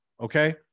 Okay